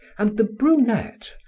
and the brunette,